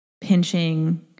pinching